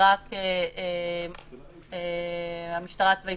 רק המשטרה הצבאית